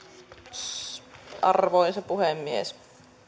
arvoisa puhemies